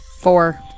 Four